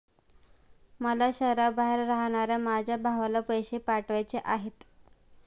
मला शहराबाहेर राहणाऱ्या माझ्या भावाला पैसे पाठवायचे आहेत